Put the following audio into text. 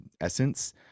essence